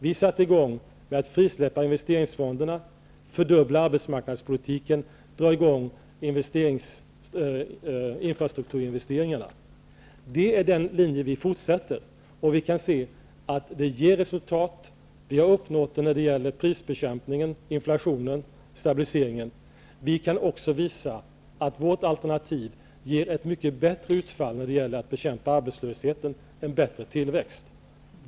Vi satte i gång med att frisläppa investeringsfonderna, fördubbla resurserna till arbetsmarknadspolitiken och dra i gång infrastrukturinvesteringarna. Det är den linje vi fortsätter på, och vi kan se att det ger resultat. Vi har uppnått resultat när det gäller prisbekämpningen, inflationen och stabiliseringen. Vi kan också visa att vårt alternativ ger ett mycket bättre utfall när det gäller att bekämpa arbetslösheten och en bättre tillväxt.